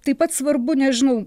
taip pat svarbu nežinau